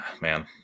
man